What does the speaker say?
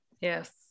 yes